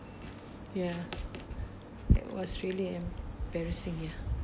ya that was really embarrassing ya